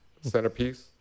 centerpiece